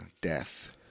death